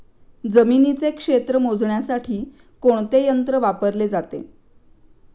जमिनीचे क्षेत्र मोजण्यासाठी कोणते यंत्र वापरले जाते?